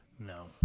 no